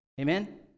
Amen